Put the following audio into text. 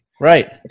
Right